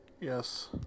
Yes